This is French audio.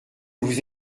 vous